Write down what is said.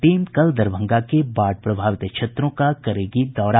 team कल दरभंगा के बाढ़ प्रभावित क्षेत्रों का करेगी दौरा